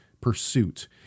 pursuit